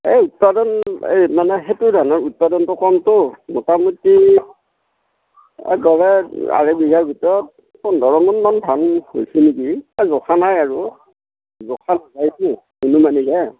এই উৎপাদন এই মানে সেইটো ধানৰ উৎপাদনটো কমতো মোটামুটি এ গড়ে আঢ়ৈ বিঘাৰ ভিতৰত পোন্ধৰ মোন মান ধান হৈছে নেকি এ জোখা নাই আৰু জোখা নাযায়টো অনুমানিকহে